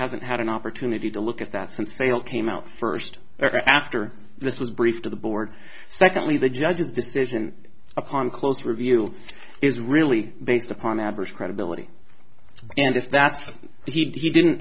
hasn't had an opportunity to look at that since they all came out first or after this was briefed to the board secondly the judge's decision upon close review is really based upon adverse credibility and if that's he didn't